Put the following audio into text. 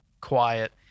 quiet